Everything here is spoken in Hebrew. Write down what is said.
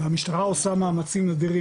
והמשטרה עושה מאמצעים אדירים,